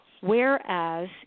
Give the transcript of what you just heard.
whereas